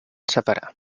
separar